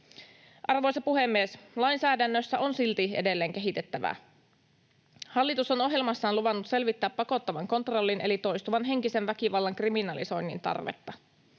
Arvoisa puhemies! Lainsäädännössä on silti edelleen kehitettävää. Hallitus on ohjelmassaan luvannut selvittää pakottavan kontrollin eli toistuvan henkisen väkivallan kriminalisoinnin tarvetta.